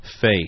faith